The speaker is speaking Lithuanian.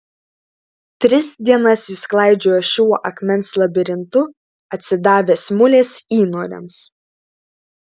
tris dienas jis klaidžiojo šiuo akmens labirintu atsidavęs mulės įnoriams